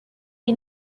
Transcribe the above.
iyi